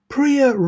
Priya